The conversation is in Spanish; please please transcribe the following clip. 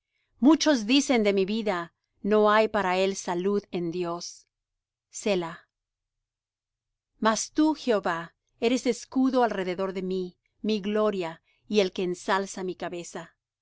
muchos dicen de mi vida no hay para él salud en dios selah mas tú jehová eres escudo alrededor de mí mi gloria y el que ensalza mi cabeza